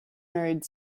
married